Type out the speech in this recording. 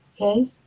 Okay